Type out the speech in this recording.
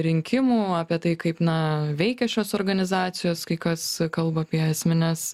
rinkimų apie tai kaip na veikia šios organizacijos kai kas kalba apie esmines